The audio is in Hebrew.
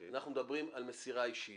אנחנו מדברים על מסירה אישית.